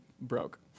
broke